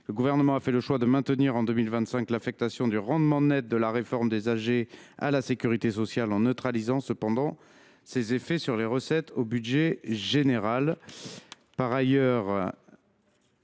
Le Gouvernement a fait le choix de maintenir en 2025 l’affectation du rendement net de la réforme des allégements généraux à la sécurité sociale, en neutralisant cependant ses effets sur les recettes au budget général.